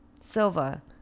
Silva